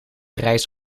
reis